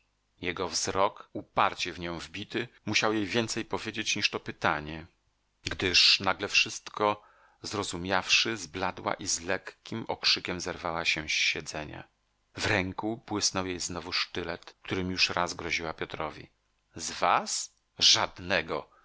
jego wzrok uparcie w nią wbity musiał jej więcej powiedzieć niż to pytanie gdyż nagle wszystko zrozumiawszy zbladła i z lekkim okrzykiem zerwała się z siedzenia w ręku błysnął jej znowu sztylet którym już raz groziła piotrowi z was żadnego